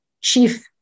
chief